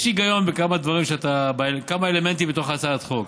יש היגיון בכמה אלמנטים בהצעת החוק,